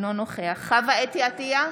אינו נוכח חוה אתי עטייה,